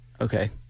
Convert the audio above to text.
Okay